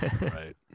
right